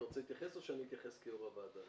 אתה רוצה להתייחס או שאני אתייחס כיושב ראש הוועדה?